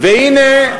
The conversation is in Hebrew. והנה,